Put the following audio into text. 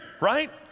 right